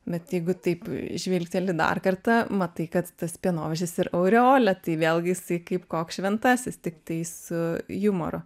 bet jeigu taip žvilgteli dar kartą matai kad tas pienovežis ir aureolė tai vėlgi jisai kaip koks šventasis tiktai su jumoru